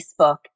Facebook